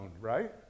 right